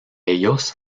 ellos